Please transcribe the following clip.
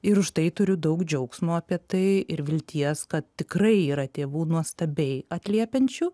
ir užtai turiu daug džiaugsmo apie tai ir vilties kad tikrai yra tėvų nuostabiai atliepiančių